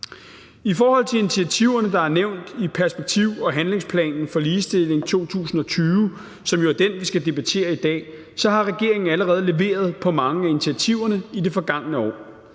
I forhold til initiativerne, der er nævnt i perspektiv- og handlingsplanen for ligestilling 2020, som jo er den, vi debatterer i dag, har regeringen allerede leveret på mange af initiativerne i det forgangne år.